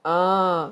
ah